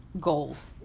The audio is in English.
goals